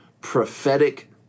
prophetic